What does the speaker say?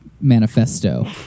manifesto